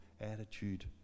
attitude